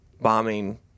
bombing